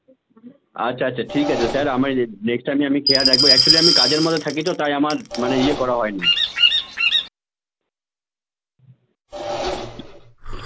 আচ্ছা আচ্ছা ঠিক আছে স্যার আমায় নে নেক্সট টাইমে আমি খেয়াল রাখবো অ্যাকচোলি আমি কাজের মধ্যে থাকি তো তাই আমার মানে ইয়ে করা হয় নি